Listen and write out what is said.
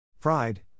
Pride